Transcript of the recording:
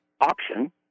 option